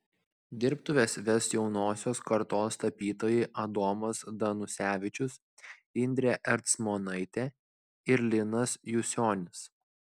dirbtuves ves jaunosios kartos tapytojai adomas danusevičius indrė ercmonaitė ir linas jusionis